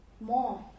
more